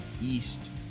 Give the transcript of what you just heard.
east